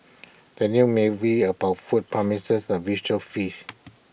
the new movie about food promises A visual feast